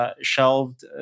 shelved